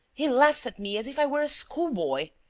he laughs at me as if i were a schoolboy!